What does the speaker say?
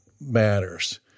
matters